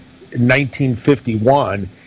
1951